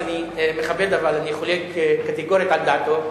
שאני מכבד אבל אני חולק קטגורית על דעתו,